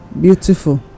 Beautiful